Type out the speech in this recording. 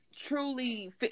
truly